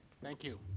thank you.